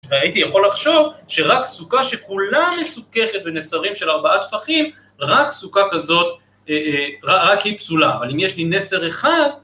והייתי יכול לחשוב שרק סוכה שכולה מסוככת בנסרים של ארבעה טפחים, רק סוכה כזאת, רק היא פסולה. אבל אם יש לי נסר אחד,